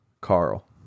Carl